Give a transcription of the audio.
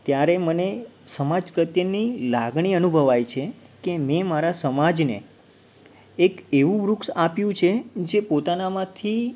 ત્યારે મને સમાજ પ્રત્યેની લાગણી અનુભવાય છે કે મેં મારા સમાજને એક એવું વૃક્ષ આપ્યું છે જે પોતાનામાંથી